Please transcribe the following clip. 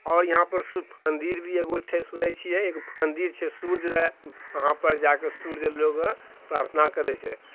आओर यहाँपर सूर्य मन्दिर भी एगो छै सुनै छिए मन्दिर छै सूर्यरऽ वहाँपर जाकऽ सूर्यरऽ लोक प्रार्थना करै छै